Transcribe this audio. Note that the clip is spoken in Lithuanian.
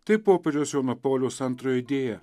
tai popiežiaus jono pauliaus antrojo idėja